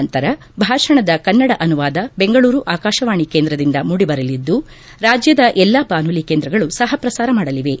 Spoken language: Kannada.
ನಂತರ ಭಾಷಣದ ಕನ್ನಡ ಅನುವಾದ ಬೆಂಗಳೂರು ಆಕಾಶವಾಣಿ ಕೇಂದ್ರದಿಂದ ಮೂಡಿಬರಲಿದ್ದು ರಾಜ್ಯದ ಎಲ್ಲಾ ಬಾನುಲಿ ಕೇಂದ್ರಗಳು ಸಹ ಪ್ರಸಾರ ಮಾಡಲಿವೆ